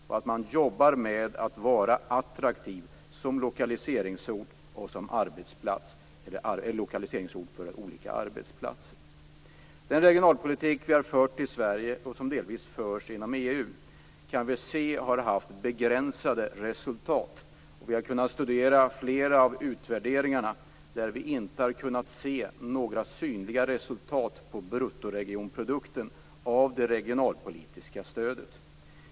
Varje ort måste arbeta för att bli attraktiv som lokaliseringsort för olika arbetsplatser. Den regionalpolitik som vi har fört i Sverige, och som delvis förs inom EU, har haft begränsade resultat. Vi har kunnat studera flera utvärderingar, där det inte har framkommit några synliga resultat på bruttoregionprodukten från det regionalpolitiska stödet.